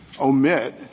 omit